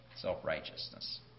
self-righteousness